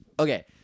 Okay